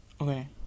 Okay